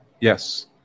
Yes